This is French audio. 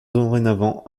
dorénavant